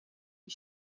die